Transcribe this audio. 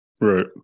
right